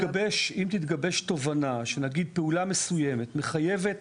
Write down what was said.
אם תתגבש תובנה שפעולה מסוימת מחייבת